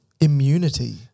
immunity